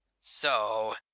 So